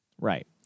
Right